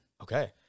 Okay